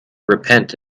repent